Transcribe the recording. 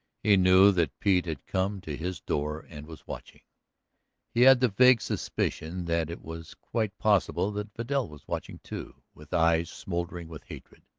he knew that pete had come to his door and was watching he had the vague suspicion that it was quite possible that vidal was watching, too, with eyes smouldering with hatred.